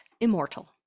immortal